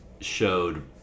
Showed